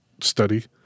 study